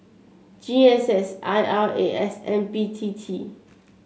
G S S I R A S and B T T